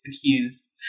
accused